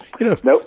Nope